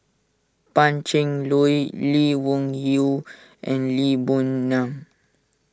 Pan Cheng Lui Lee Wung Yew and Lee Boon Ngan